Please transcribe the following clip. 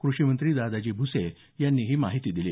कृषी मंत्री दादा भुसे यांनी ही माहिती दिली